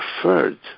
preferred